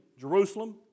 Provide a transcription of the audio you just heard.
Jerusalem